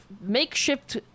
makeshift